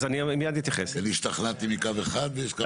אני השתכנעתי מקו אחד ויש קווים אחרים.